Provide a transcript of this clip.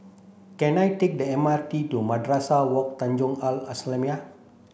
can I take the M R T to Madrasah Wak Tanjong Al Islamiah